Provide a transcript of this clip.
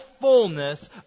fullness